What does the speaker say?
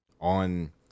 on